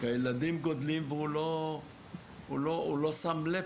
כי הילדים גדלים והוא לא שם לב,